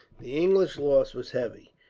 the english loss was heavy.